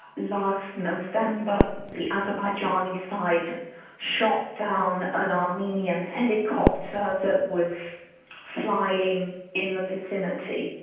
last november the azerbaijani side shot down an armenian helicopter that was flying in the vicinity.